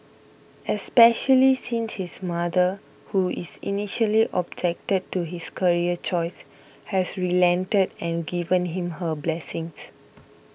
especially since his mother who is initially objected to his career choice has relented and given him her blessings